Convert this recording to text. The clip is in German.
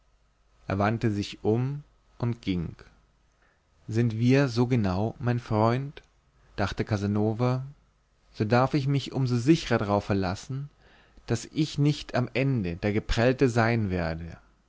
er wandte sich und ging sind wir so genau mein freund dachte casanova so darf ich mich um so sicherer darauf verlassen daß ich nicht am ende der geprellte sein werde